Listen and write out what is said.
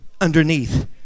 underneath